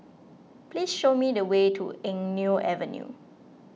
please show me the way to Eng Neo Avenue